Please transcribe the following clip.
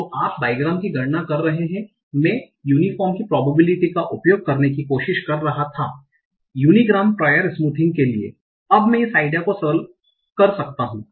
तो आप बाइग्राम्स की गणना कर रहे हैं मैं यूनिफ़ोर्म की प्रॉबबिलिटि का उपयोग करने की कोशिश कर रहा था यूनिग्राम प्रिओर स्मूथींग के लिए अब मैं इस आइडिया को सरल कर सकता हूं